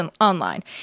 online